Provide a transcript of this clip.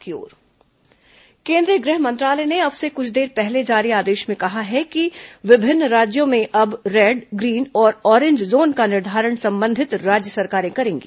corona गृह मंत्रालय केंद्रीय गृह मंत्रालय ने अब से कुछ देर पहले जारी आदेश में कहा है कि विभिन्न राज्यों में अब रेड ग्रीन और ऑरेज जोन का निर्धारण संबंधित राज्य सरकारें करेंगी